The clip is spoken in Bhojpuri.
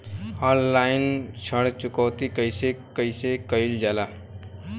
ऑनलाइन ऋण चुकौती कइसे कइसे कइल जाला?